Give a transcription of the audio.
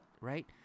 right